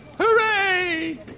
Hooray